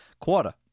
quarter